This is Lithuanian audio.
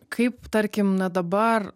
kaip tarkim na dabar